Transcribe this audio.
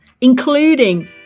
including